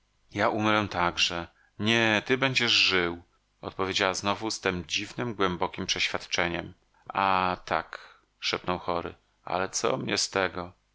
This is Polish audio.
ja umrę także nie ty będziesz żył odpowiedziała znowu z tem dziwnem głębokiem przeświadczeniem a tak szepnął chory ale co mnie z tego